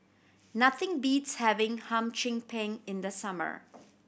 nothing beats having Hum Chim Peng in the summer